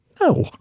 No